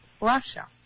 Russia